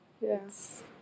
Yes